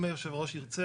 אם היושב-ראש ירצה,